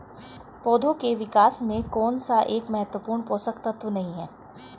पौधों के विकास में कौन सा एक महत्वपूर्ण पोषक तत्व नहीं है?